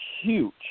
huge